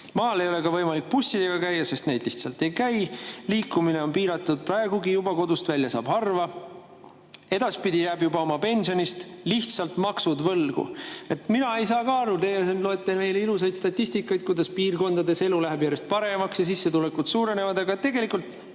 Maal ei ole ka võimalik bussidega käia, sest neid lihtsalt ei käi. Liikumine on piiratud praegugi juba, kodust välja saab harva. Edaspidi jääb juba oma pensionist lihtsalt maksud võlgu. Mina ei saa ka aru, teie siin loete meile ette ilusat statistikat, kuidas piirkondades elu läheb järjest paremaks ja sissetulekud suurenevad, aga tegelikult